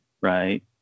right